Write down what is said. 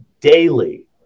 daily